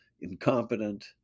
incompetent